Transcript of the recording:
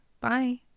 Bye